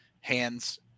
hands